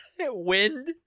Wind